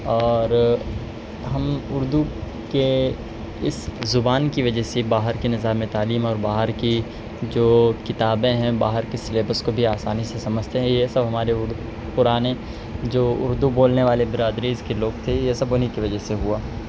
اور ہم اردو کے اس زبان کی وجہ سے باہر کے نظامِ تعلیم اور باہر کی جو کتابیں ہیں باہر کے سلیبس کو بھی آسانی سے سمجھتے ہیں یہ سب ہمارے پرانے جو اردو بولنے والے برادری کے لوگ تھے یہ سب ان ہی کی وجہ سے ہوا